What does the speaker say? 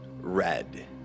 red